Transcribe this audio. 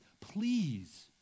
Please